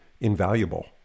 invaluable